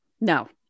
No